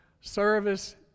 service